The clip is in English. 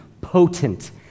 potent